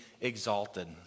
exalted